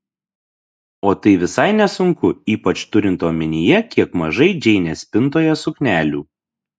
o tai visai nesunku ypač turint omenyje kiek mažai džeinės spintoje suknelių